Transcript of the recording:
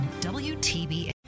WTBA